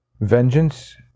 Vengeance